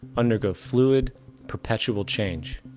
undergo fluid perpetual change.